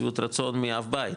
שביעות רצון מאב בית,